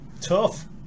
tough